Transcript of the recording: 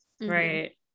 right